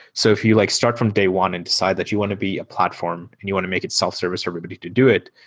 so if you like start from day one and decide that you want to be a platform and you want to make it self-service for everybody to do it,